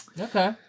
Okay